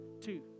two